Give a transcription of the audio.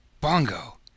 Bongo